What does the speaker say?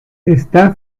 está